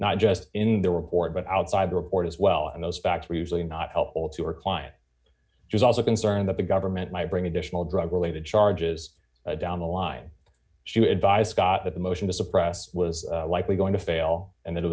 not just in the report but outside report as well and those facts are usually not helpful to her client there's also concern that the government might bring additional drug related charges down the line she would by scott that the motion to suppress was likely going to fail and that it